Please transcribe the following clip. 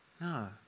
No